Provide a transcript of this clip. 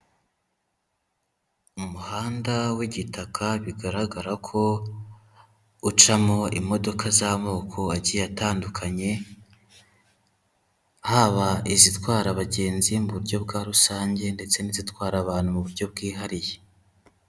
Umuhanda w'igitaka, bigaragara ko ucamo imodoka z'amoko agiye atandukanye, haba izitwara abagenzi mu buryo bwa rusange ndetse n'izitwara abantu mu buryo bwihariye.